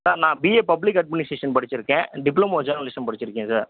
sir நான் BA public administration படித்திருக்கேன் diploma journalism படித்திருக்கேன் சார்